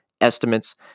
estimates